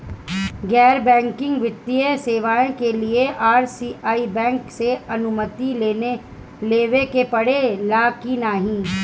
गैर बैंकिंग वित्तीय सेवाएं के लिए आर.बी.आई बैंक से अनुमती लेवे के पड़े ला की नाहीं?